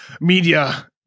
media